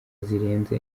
zirenze